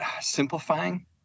simplifying